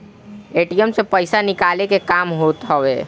ATM से पईसा निकाले के काम होत हवे